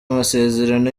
amasezerano